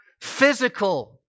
physical